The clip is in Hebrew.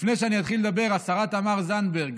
לפני שאני אתחיל לדבר, השרה תמר זנדברג,